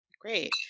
Great